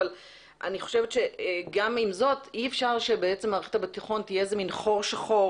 אבל אני חושבת שגם עם זאת אי אפשר שמערכת הביטחון תהיה איזה מין חור שחור